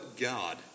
God